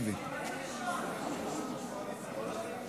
חברת הכנסת יוליה, זה החוק שלך, כדאי שתקשיבי.